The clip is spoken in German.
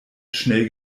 schnell